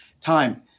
time